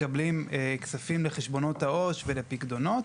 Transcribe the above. מקבלים כספים לחשבונות העו"ש ולפיקדונות,